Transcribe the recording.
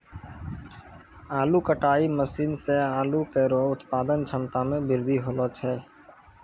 आलू कटाई मसीन सें आलू केरो उत्पादन क्षमता में बृद्धि हौलै